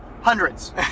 Hundreds